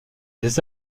des